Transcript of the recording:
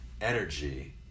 energy